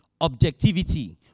Objectivity